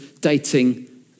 dating